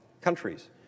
countries